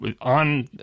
on